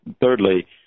thirdly